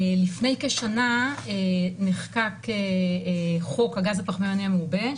לפני כשנה נחקק חוק הגז הפחמימני המעובה,